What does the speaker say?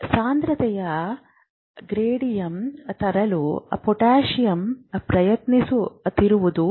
ಸಾಂದ್ರತೆಯ ಗ್ರೇಡಿಯಂಟ್ ತರಲು ಪೊಟ್ಯಾಸಿಯಮ್ ಪ್ರಯತ್ನಿಸುತ್ತಿರುವುದು ಹೀಗೆ